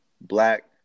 Black